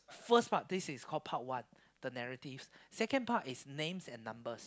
first part this is called part one the narrative second part is names and numbers